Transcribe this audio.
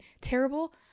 terrible